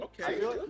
Okay